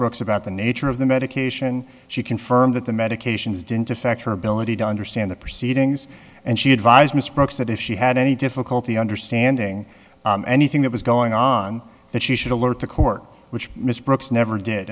brooks about the nature of the medication she confirmed that the medications didn't affect her ability to understand the proceedings and she advised mr brooks that if she had any difficulty understanding anything that was going on that she should alert the court which mr brooks never did